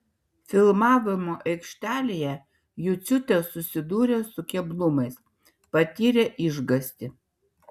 filmavimo aikštelėje juciūtė susidūrė su keblumais patyrė išgąstį